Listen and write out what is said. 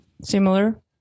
similar